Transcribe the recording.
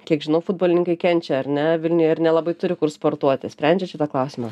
kiek žinau futbolininkai kenčia ar ne vilniuje ir nelabai turi kur sportuoti sprendžiat šitą klausimą